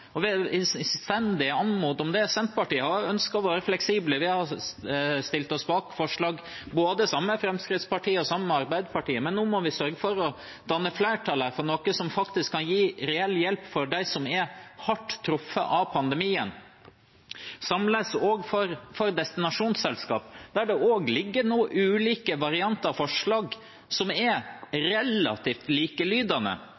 anmode om det. Senterpartiet ønsker å være fleksible. Vi har stilt oss bak forslag både sammen med Fremskrittspartiet og sammen med Arbeiderpartiet, men nå må vi sørge for å danne flertall for noe som faktisk kan gi reell hjelp for dem som er hardt truffet av pandemien. På samme måte er det for destinasjonsselskapene. Der ligger det også ulike varianter av forslag som er